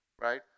right